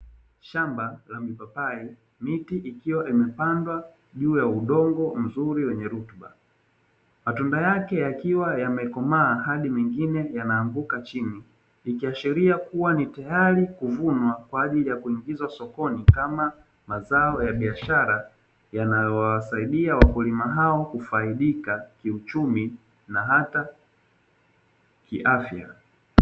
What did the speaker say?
Shamba la mapapai, miti ikiwa imepandwa juu ya udongo mzuri wenye rutuba. Matunda yake yakiwa yamekomaa hadi mengine yanaanguka chini. Ikiashiria kuwa ni tayari kuvunwa kwa ajili ya kuuzwa sokoni kama mazao ya biashara, yanaowasaida wakulima hao kufaidika kiuchumi, na hata kiafya.